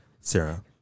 Sarah